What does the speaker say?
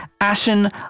Ashen